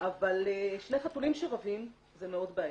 אבל שני חתולים שרבים, זה מאוד בעייתי.